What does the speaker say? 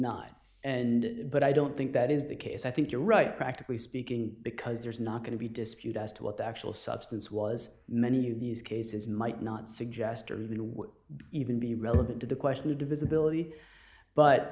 not and but i don't think that is the case i think you're right practically speaking because there's not going to be dispute as to what the actual substance was many of these cases might not suggest or even would even be relevant to the question of divisibility but